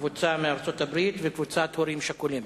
קבוצה מארצות-הברית וקבוצת הורים שכולים.